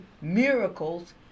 miracles